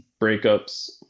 breakups